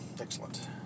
Excellent